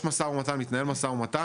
מתנהל משא ומתן,